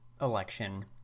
election